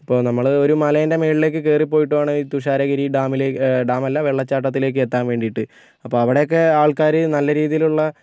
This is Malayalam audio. ഇപ്പം നമ്മള് ഒരു മലേൻറ്റെ മുകളിലേക്ക് കയറി പോയിട്ടാണ് തുഷാരഗിരി ഡാമിലേക്ക് ഡാമല്ല വെള്ളച്ചാട്ടത്തിലേക്ക് എത്താൻ വേണ്ടിയിട്ട് അപ്പം അവിടെ ഒക്കെ ആൾക്കാര് നല്ല രീതിയിലുള്ള